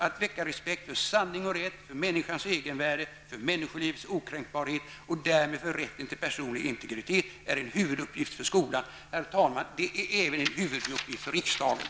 Att väcka respekt för sanning och rätt, för människans egenvärde, för människolivets okränkbarhet och därmed för rätten till personlig integritet är en huvuduppgift för skolan.'' Herr talman! Det är även en huvuduppgift för riksdagen!